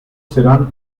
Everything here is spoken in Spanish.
serán